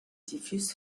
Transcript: typhus